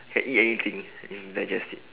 can eat anything and digest it